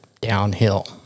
downhill